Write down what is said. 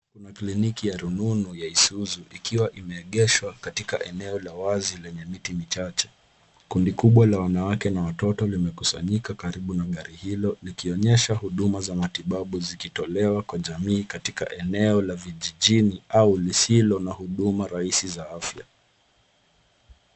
Kuna kliniki ya rununu ya Isuzu ikiwa imeegeshwa katika eneo la wazi lenye miti michache. Kundi kubwa la wanawake na watoto limekusanyika karibu na gari hilo likionyesha huduma za matibabu zikitolewa kwa jamii katika eneo la vijijini au lisilo na huduma rahisi za afya.